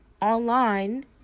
online